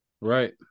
Right